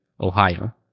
Ohio